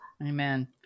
Amen